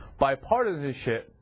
Bipartisanship